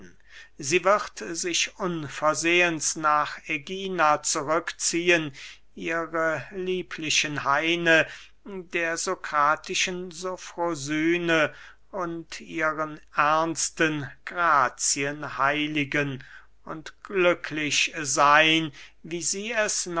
sie wird sich unversehens nach ägina zurück ziehen ihre lieblichen haine der sokratischen sofrosyne und ihren ernsten grazien heiligen und glücklich seyn wie sie es